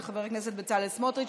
של חבר הכנסת בצלאל סמוטריץ'.